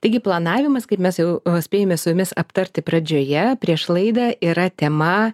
taigi planavimas kaip mes jau spėjome su jumis aptarti pradžioje prieš laidą yra tema